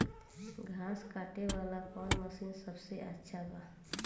घास काटे वाला कौन मशीन सबसे अच्छा बा?